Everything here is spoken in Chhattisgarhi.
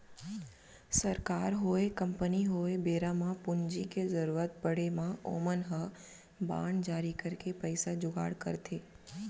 सरकार होय, कंपनी होय बेरा म पूंजी के जरुरत पड़े म ओमन ह बांड जारी करके पइसा जुगाड़ करथे